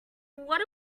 what